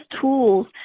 tools